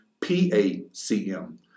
PACM